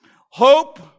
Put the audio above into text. hope